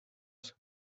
jsem